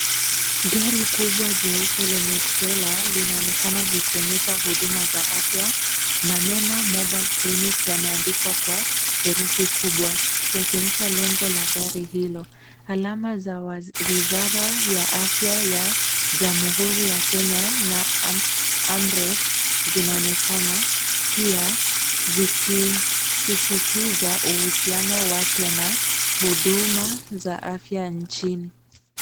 Gari kubwa jeupe lenye trela linaonekana likionyesha huduma za afya. Maneno mobile clinic yameandikwa kwa herufi kubwa yakionyesha lengo la gari hilo. Alama za wizara ya afya ya jamhuri ya Kenya na AMREF zinaonekana pia zikisisitiza uhusiano wake na huduma za afya nchini.